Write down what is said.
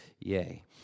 Yay